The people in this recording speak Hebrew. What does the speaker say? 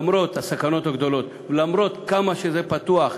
למרות הסכנות הגדולות ולמרות כמה שזה פתוח,